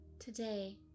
Today